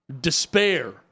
despair